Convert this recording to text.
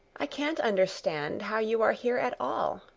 i can't understand how you are here at all.